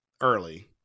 early